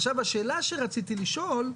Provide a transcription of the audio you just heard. עכשיו השאלה שרציתי לשאול,